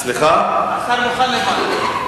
השר מוכן לוועדה.